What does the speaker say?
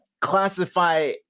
classify